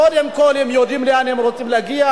קודם כול הם יודעים לאן הם רוצים להגיע,